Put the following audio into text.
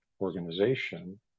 organization